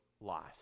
life